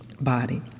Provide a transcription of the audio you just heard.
body